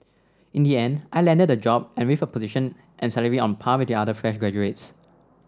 in the end I landed the job and with a position and salary on par with the other fresh graduates